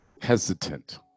hesitant